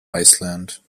iceland